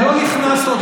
מה שקשה לאופוזיציה,